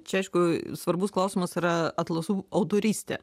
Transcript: čia aišku svarbus klausimas yra atlasų autorystė